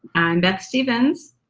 and and stevens.